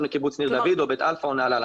קיבוץ ניר דוד או בית אלפא או נהלל.